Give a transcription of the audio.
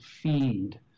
feed